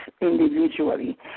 individually